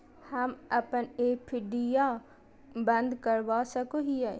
हम अप्पन एफ.डी आ बंद करवा सको हियै